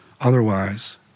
otherwise